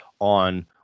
on